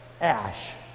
ash